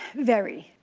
very,